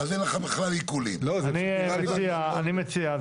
אני מציע,